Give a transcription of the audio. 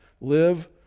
Live